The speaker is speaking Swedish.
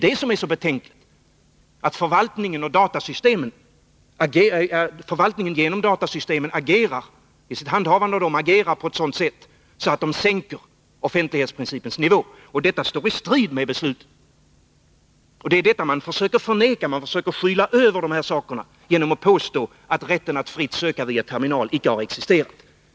Det som är så betänkligt är att förvaltningen genom datasystemen och i sitt handhavande av dem agerar på ett sådant sätt att de sänker offentlighetsprincipens nivå, och detta står i strid med beslutet. Det är detta man försöker förneka, och man försöker skyla över dessa saker genom att påstå att rätten att fritt söka via terminal inte har existerat.